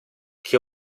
che